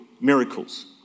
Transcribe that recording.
miracles